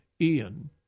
Ian